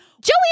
Joey